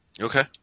Okay